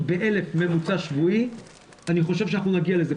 ב-1,000 ממוצע שבועי ואני חושב שנגיע לזה.